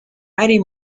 harry